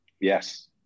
Yes